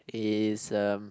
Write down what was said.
is um